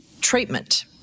treatment